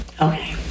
Okay